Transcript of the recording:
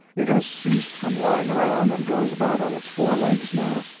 it has ceased from lying around, and goes about on its four legs now.